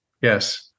Yes